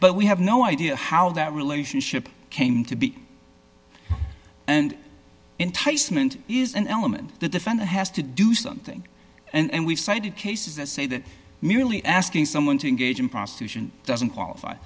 but we have no idea how that relationship came to be and enticement is an element the defendant has to do something and we've cited cases that say that merely asking someone to engage in prostitution doesn't qualify